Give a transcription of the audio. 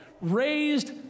raised